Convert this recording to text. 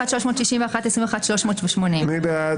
21,541 עד 21,560. מי בעד?